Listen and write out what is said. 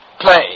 play